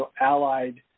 allied